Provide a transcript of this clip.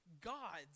gods